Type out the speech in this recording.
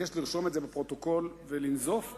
אבקש לרשום את זה בפרוטוקול ולנזוף,